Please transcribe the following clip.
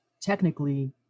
technically